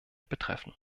betreffen